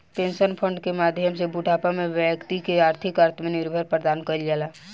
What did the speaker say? pension fund के माध्यम से बूढ़ापा में बैक्ति के आर्थिक आत्मनिर्भर प्रदान कईल जाला